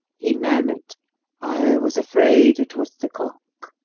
he murmured i was afraid it was the cock.